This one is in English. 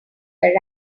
were